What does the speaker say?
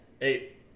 Eight